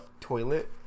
toilet